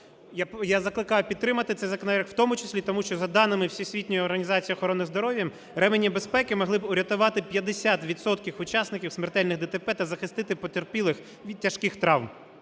Я закликаю підтримати цей законопроект, в тому числі тому що, за даними Всесвітньої організації охорони здоров'я, ремені безпеки могли б урятувати 50 відсотків учасників смертельних ДТП та захистити потерпілих від тяжких травм.